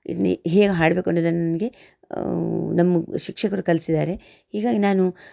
ಇದ್ನ ಹೇಗೆ ಹಾಡಬೇಕು ಅನ್ನೋದನ್ನ ನನಗೆ ನಮ್ಮ ಶಿಕ್ಷಕರು ಕಲ್ಸಿದ್ದಾರೆ ಹೀಗಾಗಿ ನಾನು